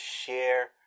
share